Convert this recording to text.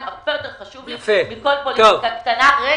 הרבה יותר חשוב לי מכל פוליטיקה קטנה.